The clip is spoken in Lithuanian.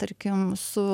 tarkim su